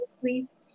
please